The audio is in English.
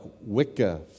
Wicca